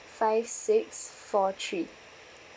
five six four three